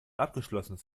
abgeschlossenes